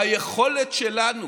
היכולת שלנו